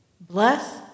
bless